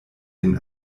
den